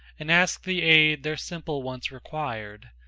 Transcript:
and ask the aid their simple wants required,